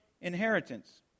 inheritance